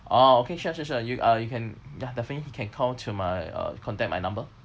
oh okay sure sure sure you uh you can ya definitely you can call to my uh contact my number